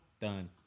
Done